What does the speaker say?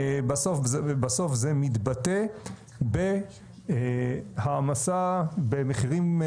בסוף זה מתבטא בהעמסה במחירים,